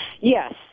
Yes